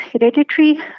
hereditary